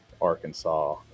Arkansas